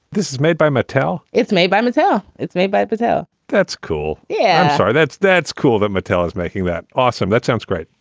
this is made by mattel. it's made by mattel. it's made by battelle that's cool. yeah. so that's that's cool that mattel is making that awesome. that sounds great.